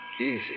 Easy